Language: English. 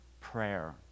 prayer